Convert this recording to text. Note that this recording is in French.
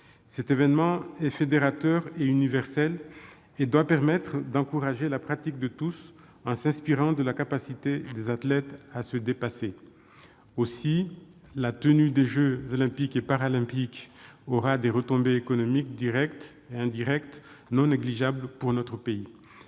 Cet événement est fédérateur et universel. Il doit permettre d'encourager la pratique de tous, en s'inspirant de la capacité des athlètes à se dépasser. La tenue des jeux Olympiques et Paralympiques aura des retombées économiques directes et indirectes non négligeables pour notre pays.